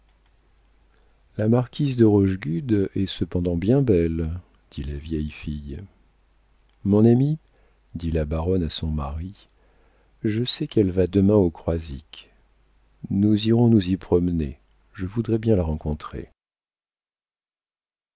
la marquise de rochegude est cependant bien belle dit la vieille fille mon ami dit la baronne à son mari je sais qu'elle va demain au croisic nous irons nous y promener je voudrais bien la rencontrer